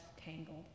tangled